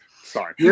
Sorry